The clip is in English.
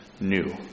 new